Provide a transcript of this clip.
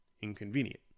inconvenient